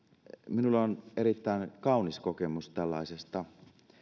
minulla on erittäin kaunis kokemus tällaisesta